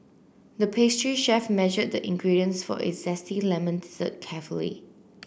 the pastry chef measured the ingredients for a zesty lemon dessert carefully